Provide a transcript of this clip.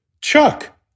Chuck